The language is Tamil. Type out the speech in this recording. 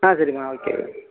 ஆ சரிங்கம்மா ஓகே